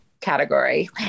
category